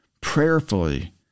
prayerfully